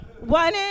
One